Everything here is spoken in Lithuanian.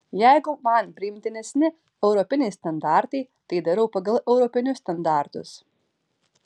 jeigu man priimtinesni europiniai standartai tai darau pagal europinius standartus